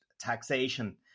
taxation